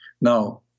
Now